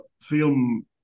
film